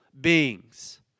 beings